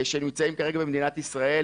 שנמצאים כרגע במדינת ישראל,